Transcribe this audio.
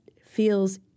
feels